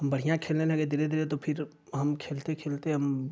हम बढ़िया खेलने लगे धीरे धीरे तो फिर हम खेलते खेलते हम